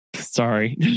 Sorry